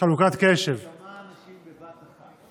כמה אנשים בבת אחת.